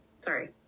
sorry